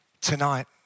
tonight